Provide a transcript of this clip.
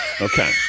Okay